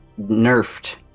nerfed